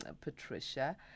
Patricia